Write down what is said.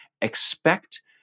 expect